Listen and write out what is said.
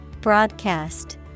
Broadcast